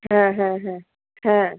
হ্যাঁ হ্যাঁ হ্যাঁ হ্যাঁ